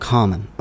Common